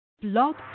Blog